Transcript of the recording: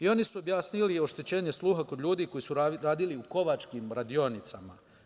Oni su objasnili oštećenje sluha kod ljudi koji su radili u kovačkim radionicama.